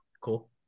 Cool